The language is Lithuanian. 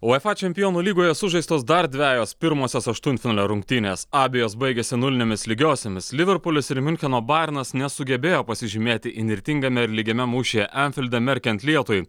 uefa čempionų lygoje sužaistos dar dvejos pirmosios aštuntfinalio rungtynės abejos baigėsi nulinėmis lygiosiomis liverpulis ir miuncheno bajernas nesugebėjo pasižymėti įnirtingame lygiame mušė enfylde merkiant lietui